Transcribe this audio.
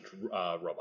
robot